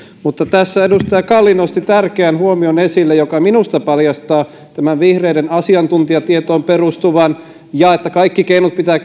tässä edustaja kalli nosti esille tärkeän huomion joka minusta paljastaa vihreiden asiantuntijatietoon perustuvuuden ja sen väitteen että kaikki keinot pitää